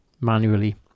manually